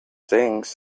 things